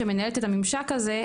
שמנהלת את הממשק הזה,